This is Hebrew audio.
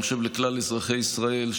אני חושב שלכלל אזרחי ישראל,